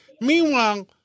Meanwhile